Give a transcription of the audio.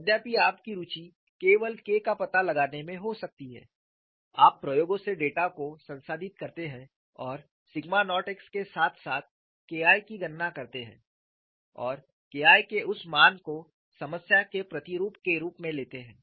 यद्यपि आपकी रुचि केवल K का पता लगाने में हो सकती है आप प्रयोगों से डेटा को संसाधित करते हैं और सिग्मा नॉट x के साथ साथ K I की गणना करते हैं और K I के उस मान को समस्या के प्रतिरूप के रूप में लेते हैं